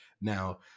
Now